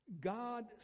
God